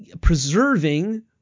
preserving